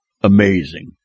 Amazing